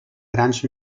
grans